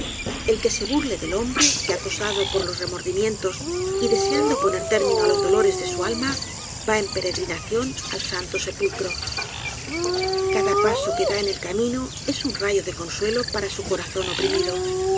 el que se burle del hombre que acosado por los remordimientos y deseando poner término á los dolores de su alma va en peregrinación al santo sepulcro cada paso que da en el camino es un rayo de consuelo para su corazón oprimido